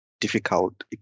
difficult